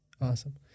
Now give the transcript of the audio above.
awesome